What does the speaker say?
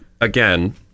again